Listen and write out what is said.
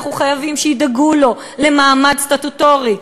אנחנו חייבים שידאגו לו למעמד סטטוטורי,